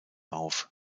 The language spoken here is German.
auf